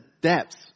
depths